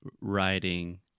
writing